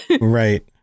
right